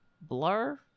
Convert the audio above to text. blur